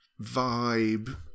vibe